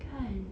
kan